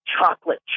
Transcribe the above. chocolate